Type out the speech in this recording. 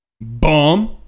Bum